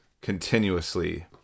continuously